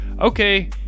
okay